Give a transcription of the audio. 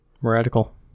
Radical